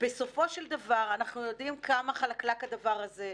בסופו של דבר, אנחנו יודעים כמה חלקלק הדבר הזה.